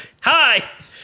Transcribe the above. Hi